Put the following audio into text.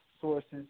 sources